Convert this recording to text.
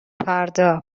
فردا